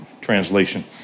translation